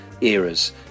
eras